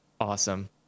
awesome